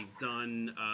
done